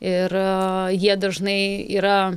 ir jie dažnai yra